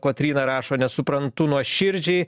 kotryna rašo nesuprantu nuoširdžiai